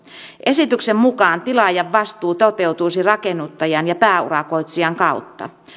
esityksen mukaan tilaajan vastuu toteutuisi rakennuttajan ja pääurakoitsijan kautta